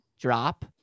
drop